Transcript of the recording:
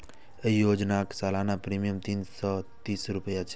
एहि योजनाक सालाना प्रीमियम तीन सय तीस रुपैया छै